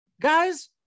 guys